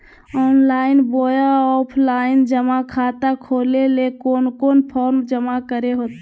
Online बोया offline जमा खाता खोले ले कोन कोन फॉर्म जमा करे होते?